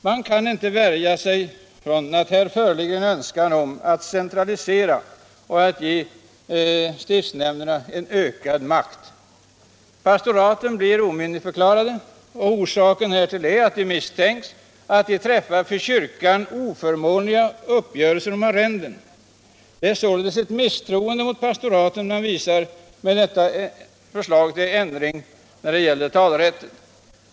Man kan inte värja sig för misstanken att här föreligger en önskan att centralisera och att ge stiftsnämnderna ökad makt. Pastoraten blir omyndigförklarade. Orsakerna härtill är att det misstänks att de träffar för kyrkan oförmånliga uppgörelser om arrenden. Det är således ett misstroende mot pastoraten man visar med detta förslag till ändring i fråga om talerätten.